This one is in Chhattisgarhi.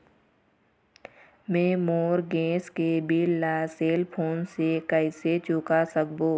मैं मोर गैस के बिल ला सेल फोन से कइसे चुका सकबो?